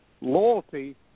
loyalty